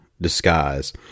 disguise